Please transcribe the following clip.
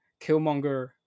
Killmonger